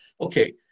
Okay